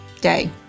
day